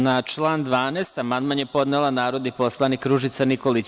Na član 12. amandman je podnela narodni poslanik Ružica Nikolić.